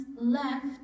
left